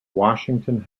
washington